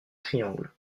triangle